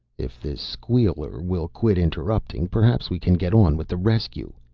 if this squeaker will quit interrupting, perhaps we can get on with the rescue.